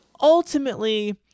ultimately